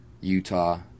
Utah